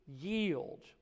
yield